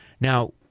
Now